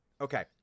Okay